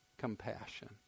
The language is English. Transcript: compassion